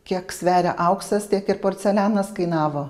kiek sveria auksas tiek ir porcelianas kainavo